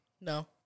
No